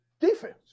Defense